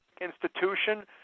institution